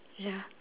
ya